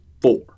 four